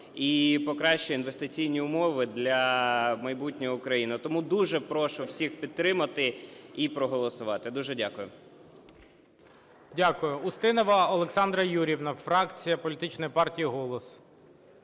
і покращує інвестиційні умови для майбутнього України. Тому дуже прошу всіх підтримати і проголосувати. Дуже дякую. ГОЛОВУЮЧИЙ. Дякую. Устінова Олександра Юріївна, фракція політичної партії "Голос".